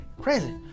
crazy